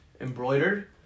embroidered